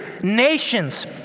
Nations